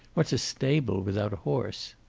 what's a stable without a horse?